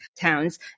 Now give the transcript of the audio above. towns